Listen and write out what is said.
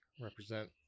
represent